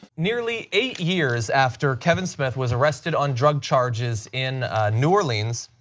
nearly eight years after kevin smith was arrested on drug charges in new orleans,